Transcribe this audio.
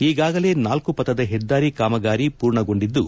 ಈಗಾಗಲೇ ನಾಲ್ಕು ಪಥದ ಹೆದ್ದಾರಿ ಕಾಮಗಾರಿ ಪೂರ್ಣಗೊಂಡಿದ್ದು